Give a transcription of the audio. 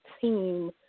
team